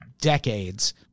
decades